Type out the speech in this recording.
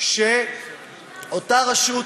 שאותה רשות